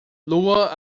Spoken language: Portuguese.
lua